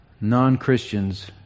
non-Christians